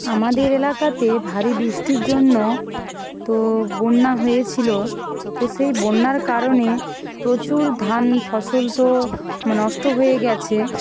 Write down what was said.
আমাদের এলাকাতে ভারি বৃষ্টির জন্য তো বন্যা হয়েছিলো তো সেই বন্যার কারণে প্রচুর ধান ফসল তো নষ্ট হয়ে গেছে